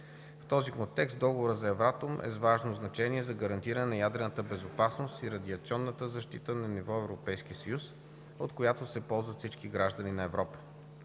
В този контекст Договорът за ЕВРАТОМ е с важно значение за гарантиране на ядрената безопасност и радиационната защита на ниво Европейски съюз, от която се ползват всички граждани на Европа.